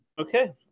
Okay